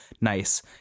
nice